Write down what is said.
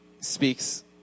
speaks